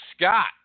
Scott